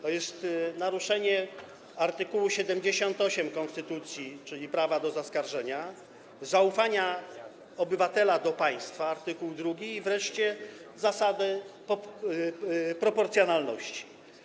To jest naruszenie art. 78 konstytucji, czyli prawa do zaskarżenia, zaufania obywatela do państwa, art. 2, i wreszcie zasady proporcjonalności.